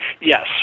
yes